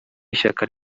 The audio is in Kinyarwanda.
y’ishyaka